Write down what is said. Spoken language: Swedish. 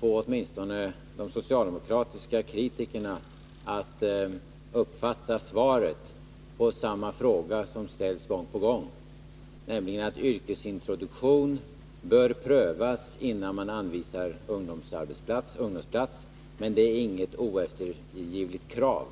få åtminstone de socialdemokratiska kritikerna att uppfatta svaret på den fråga som ställs gång på gång, nämligen att yrkesintroduktion bör prövas innan man anvisar ungdomsplats. Men detta är inget oeftergivligt krav.